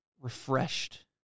refreshed